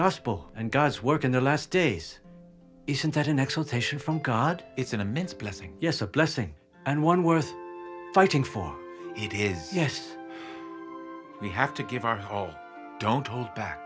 gospel and god's work in the last days isn't that an actual taishan from god it's an immense blessing yes a blessing and one worth fighting for it is yes we have to give our whole don't hold back